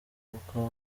bukaba